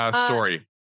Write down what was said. Story